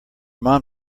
mom